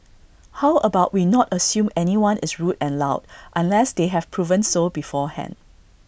how about we not assume anyone is rude and loud unless they have proven so beforehand